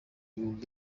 ibihumbi